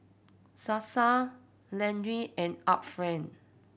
Sasa Laneige and Art Friend